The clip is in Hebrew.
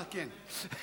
אה, כן.